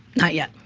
not yet.